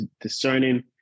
discerning